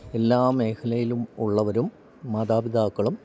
എല്ലാ മേഖലയിലും ഉള്ളവരും മാതാപിതാക്കളും